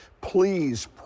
Please